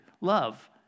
love